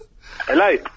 Hello